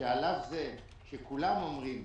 שעל אף זה שכולם אומרים